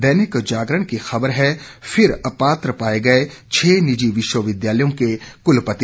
दैनिक जागरण की खबर है फिर अपात्र पाए गए छह निजी विश्वविद्यालयों के कुलपति